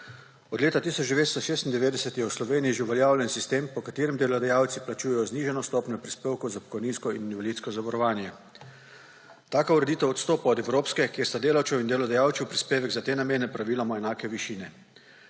Od leta 1996 je v Sloveniji že uveljavljen sistem, po katerem delodajalci plačujejo znižano stopnjo prispevkov za pokojninsko in invalidsko zavarovanje. Taka ureditev odstopa od evropske, kjer so delavčeve in delodajalčev prispevek za te namene praviloma enake višine.